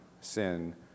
sin